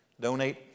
donate